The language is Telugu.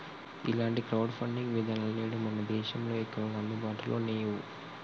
ఇలాంటి క్రౌడ్ ఫండింగ్ విధానాలు నేడు మన దేశంలో ఎక్కువగా అందుబాటులో నేవు